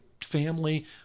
family